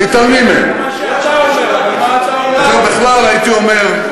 והרי אתם בעצמכם אומרים: